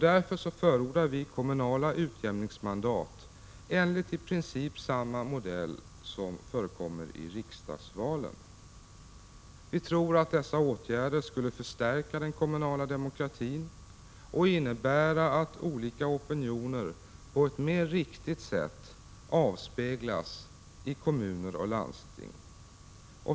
Därför förordar vi kommunala utjämningsmandat enligt i princip samma modell som förekommer i riksdagsvalen. Vi tror att dessa åtgärder skulle förstärka den kommunala demokratin och innebära att olika opinioner på ett mer riktigt sätt avspeglas i kommuner och landsting.